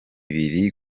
biri